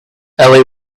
ellie